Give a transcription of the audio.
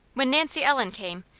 when nancy ellen came,